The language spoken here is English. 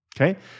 Okay